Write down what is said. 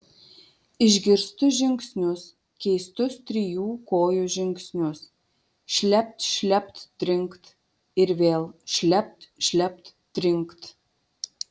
išgirstu žingsnius keistus trijų kojų žingsnius šlept šlept trinkt ir vėl šlept šlept trinkt